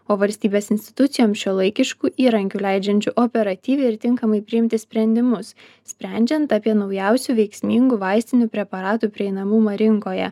o valstybės institucijoms šiuolaikiškų įrankių leidžiančių operatyviai ir tinkamai priimti sprendimus sprendžiant apie naujausių veiksmingų vaistinių preparatų prieinamumą rinkoje